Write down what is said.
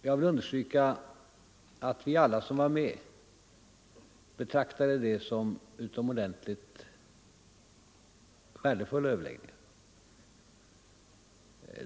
Jag vill understryka att vi alla som var med betraktar det som utomordentligt värdefulla överläggningar.